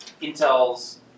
Intel's